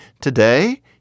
today